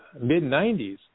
mid-90s